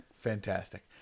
fantastic